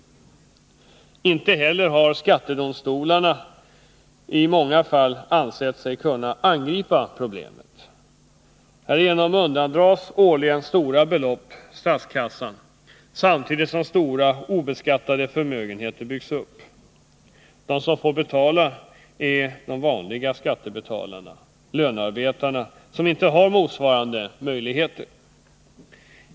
I många fall har skattedomstolarna inte heller ansett sig kunna angripa problemet. Härigenom undandras statskassan årligen stora belopp, samtidigt som stora obeskattade förmögenheter byggs upp. De som får betala är de vanliga skattebetalarna, lönarbetarna, som inte har motsvarande möjligheter.